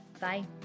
bye